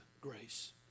grace